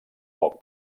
poc